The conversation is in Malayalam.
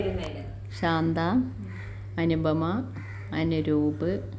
ശാന്ത അനുപമ അനുരൂപ്